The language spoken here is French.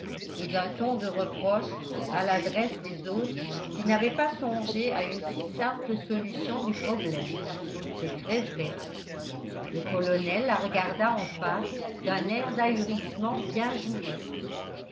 et d'un ton de reproche à l'adresse des autres qui n'avaient pas songé à une si simple solution du problème c'est très vrai le colonel la regarda en face d'un air d'ahurissement bien joué